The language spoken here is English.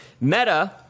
Meta